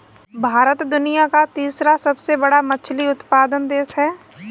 भारत दुनिया का तीसरा सबसे बड़ा मछली उत्पादक देश है